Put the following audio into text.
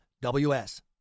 WS